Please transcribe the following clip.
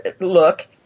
look